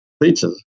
features